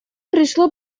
пришло